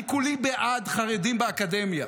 אני כולי בעד חרדים באקדמיה,